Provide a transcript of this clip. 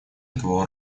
этого